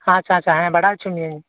ᱟᱪᱪᱷᱟ ᱟᱪᱪᱷᱟ ᱦᱮᱸ ᱵᱟᱰᱟᱭ ᱚᱪᱚ ᱢᱤᱭᱟᱹᱧ